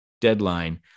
deadline